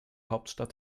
hauptstadt